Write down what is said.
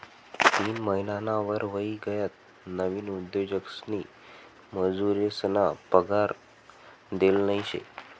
तीन महिनाना वर व्हयी गयात नवीन उद्योजकसनी मजुरेसना पगार देल नयी शे